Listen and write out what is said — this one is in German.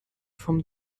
vom